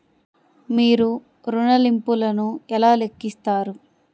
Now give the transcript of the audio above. మీరు ఋణ ల్లింపులను ఎలా లెక్కిస్తారు?